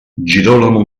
girolamo